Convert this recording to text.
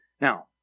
Now